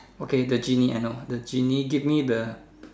okay the gennie I know the gennie give me the